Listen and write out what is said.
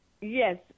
yes